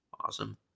Awesome